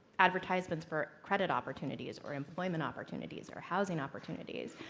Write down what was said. advertisements for credit opportunities, for employment opportunities, for housing opportunities,